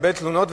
ולקבל תלונות,